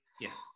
Yes